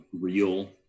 real